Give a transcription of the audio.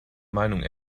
meinung